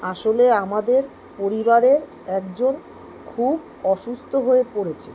আসলে আমাদের পরিবারের একজন খুব অসুস্থ হয়ে পড়েছে